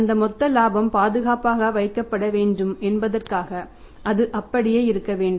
அந்த மொத்த இலாபம் பாதுகாப்பாக வைக்கப்பட வேண்டும் என்பதற்காக அது அப்படியே இருக்க வேண்டும்